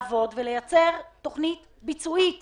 ולייצר תוכנית ביצועית